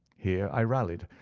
here i rallied,